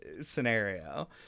scenario